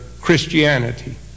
Christianity